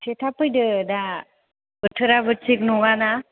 एसे थाब फैदो दा बोथोराबो थिग नङा ना